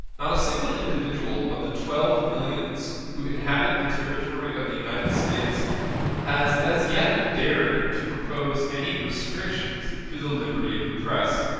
not a single individual of the twelve millions who inhabit the territory of the united states has as yet dared to propose any restrictions to the liberty of the press.